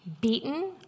beaten